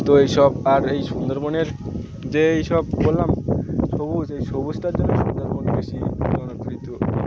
তো এই সব আর এই সুন্দরবনের যে এই সব বললাম সবুজ এই সবুজ তার জন্য সুন্দরবন বেশি